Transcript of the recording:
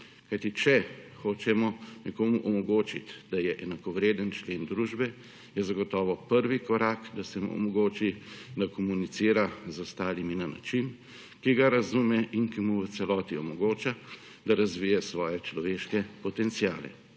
kajti, če hočemo nekomu omogočit, da je enakovreden člen družbe, je zagotovo prvi korak, da se mu omogoči, da komunicira z ostalimi na način, ki ga razume in ki mu v celoti omogoča, da razvije svoje človeške potenciale